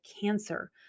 cancer